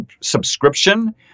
subscription